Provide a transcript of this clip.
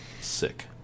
Sick